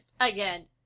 Again